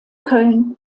köln